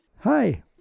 Hi